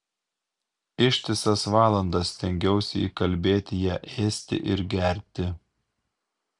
ištisas valandas stengiausi įkalbėti ją ėsti ir gerti